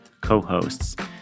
co-hosts